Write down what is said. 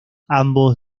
ambos